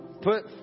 put